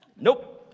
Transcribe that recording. Nope